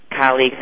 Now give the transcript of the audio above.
colleagues